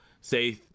say